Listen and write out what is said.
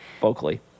vocally